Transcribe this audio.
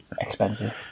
expensive